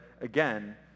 again